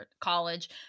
college